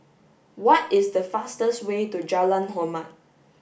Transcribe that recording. what is the fastest way to Jalan Hormat